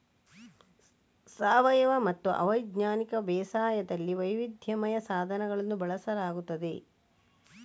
ಸಾವಯವಮತ್ತು ಅಜೈವಿಕ ಬೇಸಾಯದಲ್ಲಿ ವೈವಿಧ್ಯಮಯ ಸಾಧನಗಳನ್ನು ಬಳಸಲಾಗುತ್ತದೆ